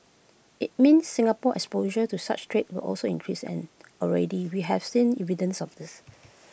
IT means Singapore's exposure to such threats will also increase and already we have seen evidence of this